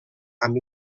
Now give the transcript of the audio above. amb